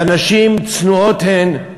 והנשים צנועות הן,